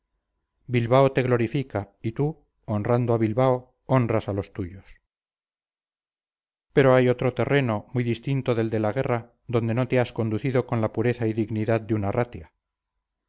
bilbao te glorifica y tú honrando a bilbao honras a los tuyos pero hay otro terreno muy distinto del de la guerra donde no te has conducido con la pureza y dignidad de un arratia